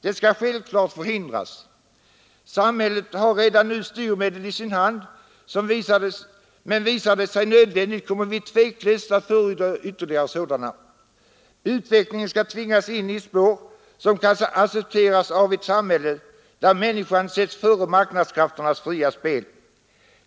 Det ska självklart förhindras. Samhället har redan nu styrmedel i sin hand, men visar det sig nödvändigt kommer vi tveklöst att förorda ytterligare sådana. Utvecklingen ska tvingas in i spår, som kan accepteras av ett samhälle där människan sätts före marknadskrafternas fria spel.